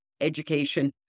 education